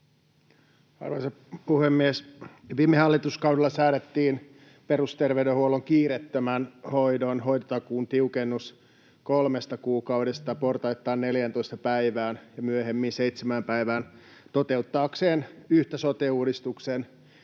Arvoisa puhemies! Viime hallituskaudella säädettiin perusterveydenhuollon kiireettömän hoidon hoitotakuun tiukennus kolmesta kuukaudesta portaittain 14 päivään ja myöhemmin 7 päivään yhden sote-uudistuksen